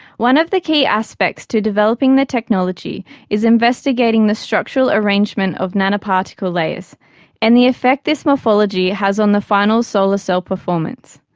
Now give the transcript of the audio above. one of the key aspects to developing the technology is investigating the structural arrangement of nanoparticle layers and the effect this morphology has on the final solar cell so performance.